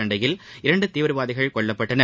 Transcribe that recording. சண்டையில் இரண்டு தீவிரவாதிகள் கொல்லப்பட்டனர்